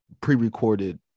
pre-recorded